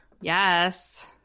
Yes